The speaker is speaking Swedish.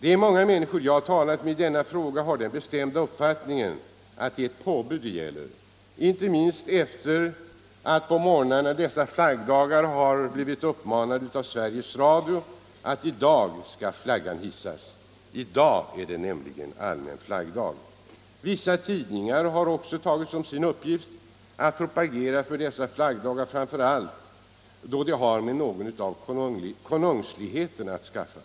De många — Nr 7 människor, som jag har talat med i denna fråga, har den bestämda upp Onsdagen den fattningen att det är ettpåbud det gäller —- inte minst efter att på morgonen 22 oktober 1975 dessa flaggdagar ha blivit uppmanade av Sveriges radio att i dag skall flaggan hissas. I dag är det nämligen allmän flaggdag. Vissa tidningar — Den svenska har också tagit som sin uppgift att propagera för dessa flaggdagar — framför — almanackans allt då det har med någon av konungsligheterna att skaffa.